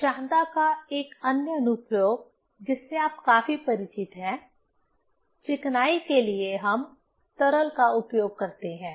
श्यानता का एक अन्य अनुप्रयोग जिससे आप काफी परिचित हैं चिकनाई के लिए हम तरल का उपयोग करते हैं